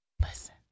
Listen